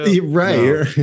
Right